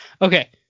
Okay